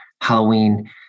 Halloween